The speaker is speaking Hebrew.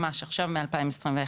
ממש עכשיו מ-2021,